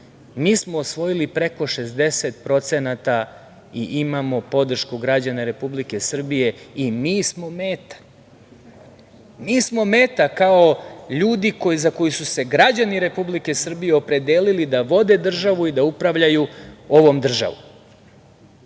Mi smo osvojili preko 60% i imamo podršku građana Republike Srbije i mi smo meta. Mi smo meta, kao ljudi za koje su se građani Republike Srbije opredelili da vode državu i da upravljaju ovom državom